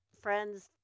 friends